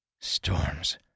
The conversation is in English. Storms